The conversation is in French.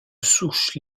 souche